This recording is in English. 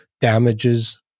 damages